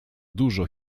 dużo